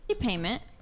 Payment